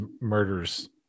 murders